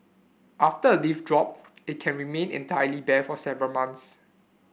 after a leaf drop it can remain entirely bare for several months